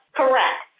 correct